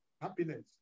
happiness